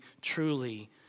truly